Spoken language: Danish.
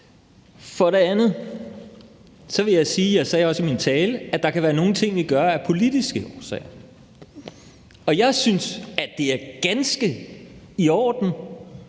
og det sagde jeg også min tale, at der kan være nogle ting, vi gør af politiske årsager. Jeg synes, at det er ganske i orden,